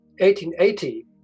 1880